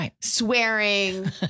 swearing